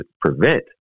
prevent